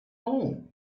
all